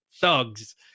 thugs